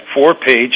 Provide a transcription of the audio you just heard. four-page